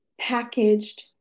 packaged